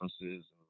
differences